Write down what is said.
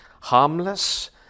harmless